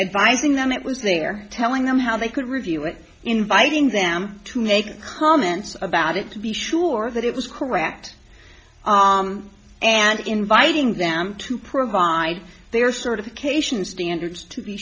advising them it was there telling them how they could review it inviting them to make comments about it to be sure that it was correct and inviting them to provide their sort of cation standards to be